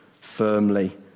firmly